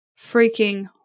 freaking